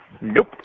Nope